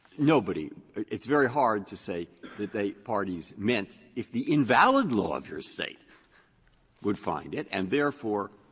nobody it's very hard to say that the parties meant if the invalid law of your state would find it and, therefore,